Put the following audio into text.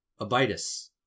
Abitus